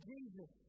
Jesus